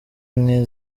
nke